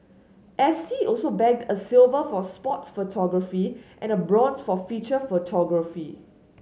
S T also bagged a silver for sports photography and a bronze for feature photography